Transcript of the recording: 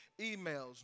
emails